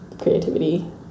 creativity